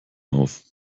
auf